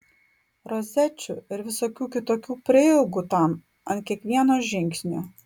rozečių ir visokių kitokių prieigų tam ant kiekvieno žingsnio